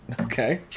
okay